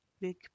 big